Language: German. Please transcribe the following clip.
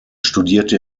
studierte